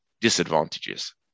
disadvantages